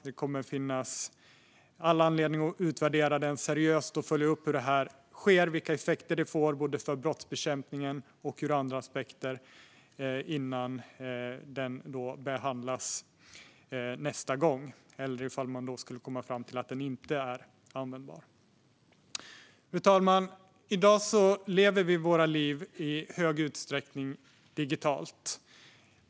Det kommer att finnas all anledning att utvärdera den seriöst och följa upp hur det här sker, vilka effekter det får både för brottsbekämpningen och ur andra aspekter liksom hur användbart det är innan detta behandlas nästa gång. Fru talman! I dag lever vi i stor utsträckning våra liv digitalt.